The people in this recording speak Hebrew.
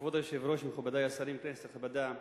כבוד היושב-ראש, מכובדי השרים, כנסת נכבדה,